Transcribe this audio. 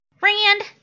Rand